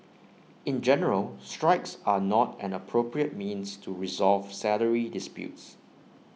in general strikes are not an appropriate means to resolve salary disputes